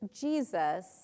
Jesus